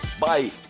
Bye